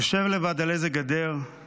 // יושב לבד על איזה גדר /